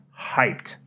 hyped